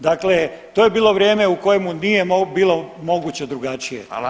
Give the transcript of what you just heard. Dakle, to je bilo vrijeme u kojemu nije bilo moguće drugačije.